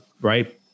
right